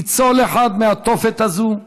ניצול אחד מהתופת הזאת,